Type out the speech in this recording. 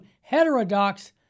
heterodox